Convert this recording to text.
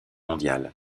mondiales